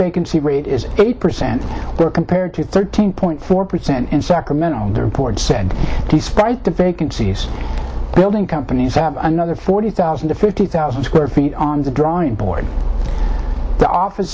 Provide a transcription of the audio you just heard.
vacancy rate is eight percent compared to thirteen point four percent in sacramento the report said despite the vacancies building companies have another forty thousand to fifty thousand square feet on the drawing board the office